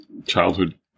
Childhood